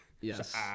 Yes